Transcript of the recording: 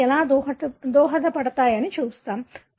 వ్యాధికి ఎలా దోహదపడతాయి అని చూస్తాము